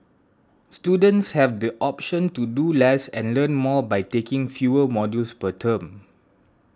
students have the option to do less and learn more by taking fewer modules per term